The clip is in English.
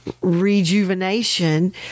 rejuvenation